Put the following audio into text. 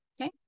Okay